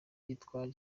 yitwaje